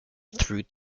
through